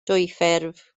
dwyffurf